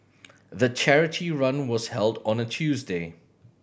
the charity run was held on a Tuesday